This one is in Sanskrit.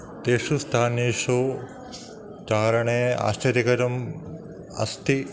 तेषु स्थानेषु चारणे आश्चर्यकरम् अस्ति